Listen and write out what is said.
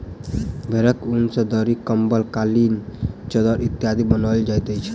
भेंड़क ऊन सॅ दरी, कम्बल, कालीन, चद्दैर इत्यादि बनाओल जाइत अछि